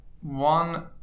one